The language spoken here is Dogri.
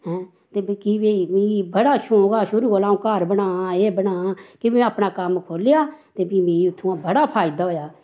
हैं ते मिगी भाई मिगी बड़ा शौंक हा शुरु कोला अऊं घर बनां एह् बनां फ्ही में अपनी कम्म खोह्लेआ ते फ्ही मिगी उत्थुआं बड़ा फायदा होआ